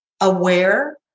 aware